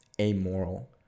amoral